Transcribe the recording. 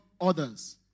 others